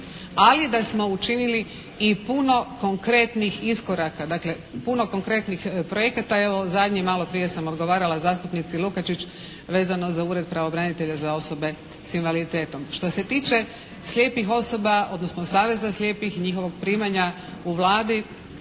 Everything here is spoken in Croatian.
Ali da smo učinili i puno konkretnih iskoraka, dakle puno konkretnih projekata. Evo zadnji, malo prije sam odgovarala zastupnici Lukačić vezano za Ured pravobranitelja za osobe s invaliditetom. Što se tiče slijepih osoba odnosno Saveza slijepih, njihovog primanja u Vladi.